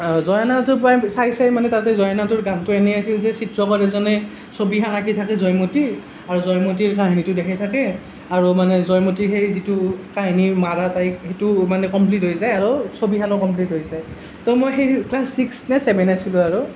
জয়া নাইটো প্ৰায় চাই চাই মানে তাতে জয়া নাই গানটো এনেই হৈছে যে চিত্ৰকৰ এজনে ছবি এখন আঁকি থাকে জয়মতীৰ আৰু জয়মতীৰ কাহিনীটো দেখাই থাকে আৰু মানে জয়মতীক সেই যিটো কাহিনীৰ মৰাৰ তাইক সেইটো মানে কমপ্লিট হৈ যায় আৰু ছবিখনো কমপ্লিট হৈ যায় তো মই সেই ক্লাছ ছিক্স নে চেভেন আছিলো আৰু